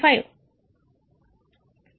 5